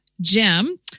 Jim